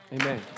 Amen